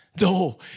No